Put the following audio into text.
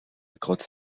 grotte